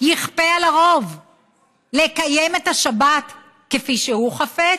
יכפה על הרוב לקיים את השבת כפי שהוא חפץ?